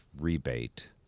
rebate